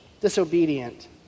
disobedient